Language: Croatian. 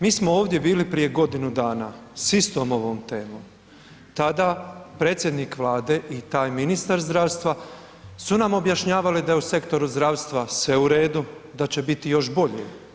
Mi smo ovdje bili prije godinu dana s istom ovom temom, tada predsjednik Vlade i taj ministar zdravstva su nam objašnjavali da je u sektoru zdravstva sve u redu, da će biti još bolje.